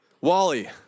Wally